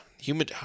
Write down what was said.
Human